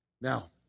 Now